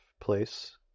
place